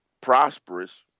prosperous